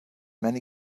many